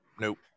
nope